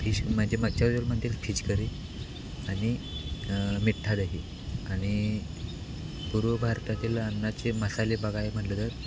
fish म्हणजे मच्छर म्हणजे फिश करी आणि मिठा दही आणि पूर्व भारतातील अन्नाचे मसाले बघाय म्हटलं तर